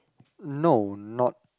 no not